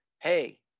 Hey